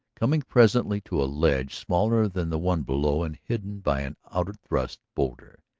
coming presently to a ledge smaller than the one below and hidden by an outthrust boulder.